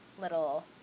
little